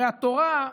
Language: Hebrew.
הרי התורה,